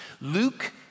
Luke